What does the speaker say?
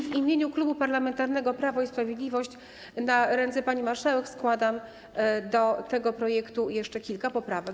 W imieniu Klubu Parlamentarnego Prawo i Sprawiedliwość na ręce pani marszałek składam do tego projektu jeszcze kilka poprawek.